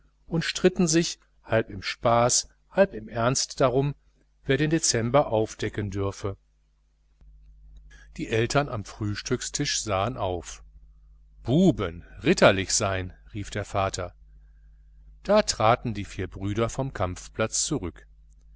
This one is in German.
und stritten sich halb im spaß halb im ernst darum wer den dezember aufdecken dürfe die eltern am frühstückstisch sahen auf buben galant sein rief der vater da traten die vier brüder vom kampfplatz zurück